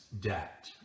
debt